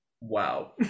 Wow